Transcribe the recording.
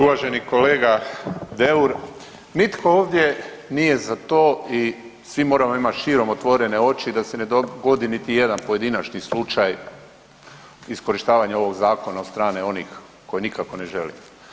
Uvaženi kolega Deur, nitko nije ovdje za to i svi moramo imati širom otvorene oči da se ne dogodi ni jedan pojedinačni slučaj iskorištavanja ovog zakona od strane onih koji nikako ne žele.